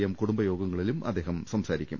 M കുടംബയോഗങ്ങളിൽ അദ്ദേഹം സംസാരിക്കും